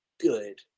good